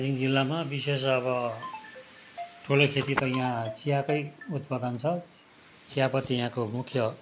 दार्जिलिङ जिल्लामा विशेष अब ठुलो खेती त यहाँ चियाकै उत्पादन छ चियापत्ती यहाँको मुख्य